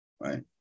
right